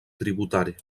tributari